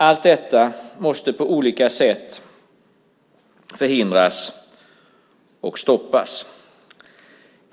Allt sådant måste alltså på olika sätt förhindras och också stoppas.